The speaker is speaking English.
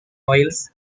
oils